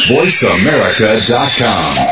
VoiceAmerica.com